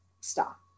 stop